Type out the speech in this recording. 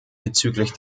bezüglich